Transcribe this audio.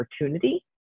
opportunity